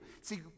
See